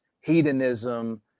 hedonism